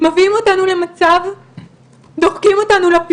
מביאים אותנו למצב,